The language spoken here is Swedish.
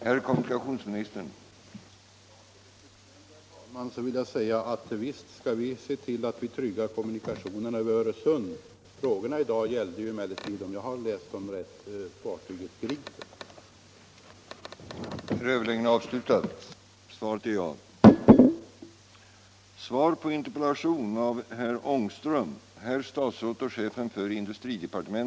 Herr talman! Till det sista vill jag säga att visst skall vi se till att vi tryggar kommunikationerna över Öresund. Frågorna i dag gällde emellertid, om jag har läst dem rätt, fartyget Gripen.